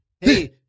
Hey